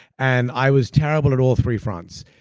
and i was terrible at all three fronts.